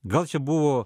gal čia buvo